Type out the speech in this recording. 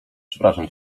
przepraszam